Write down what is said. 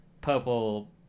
purple